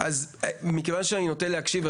אז מכיוון שאני נוטה להקשיב,